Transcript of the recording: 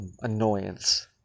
annoyance